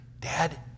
Dad